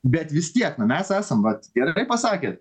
bet vis tiek na mes esam vat gerai pasakė